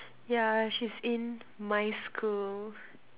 yeah she's in my school